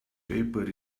paper